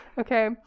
Okay